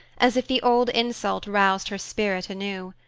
as if the old insult roused her spirit anew.